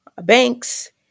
banks